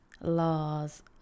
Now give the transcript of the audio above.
Laws